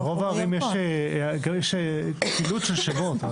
גם ברוב הערים יש כפילות של שמות.